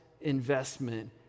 investment